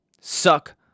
suck